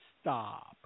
Stop